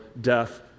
death